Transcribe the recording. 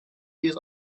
years